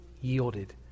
yielded